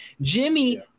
Jimmy